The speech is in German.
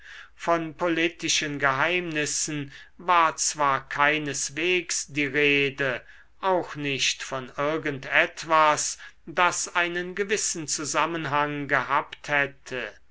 von politischen geheimnissen war zwar keineswegs die rede auch nicht von irgend etwas das einen gewissen zusammenhang gehabt hätte